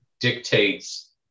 dictates